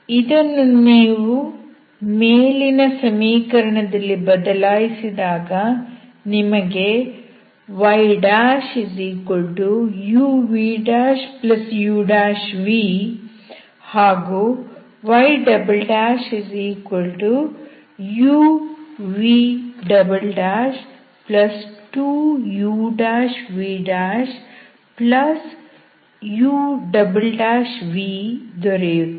ಇದನ್ನು ನೀವು ಮೇಲಿನ ಸಮೀಕರಣದಲ್ಲಿ ಬದಲಾಯಿಸಿದಾಗ ನಿಮಗೆ yuvuv ಮತ್ತು yuv2uvuv ದೊರೆಯುತ್ತದೆ